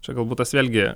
čia galbūt tas vėlgi